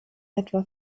etwa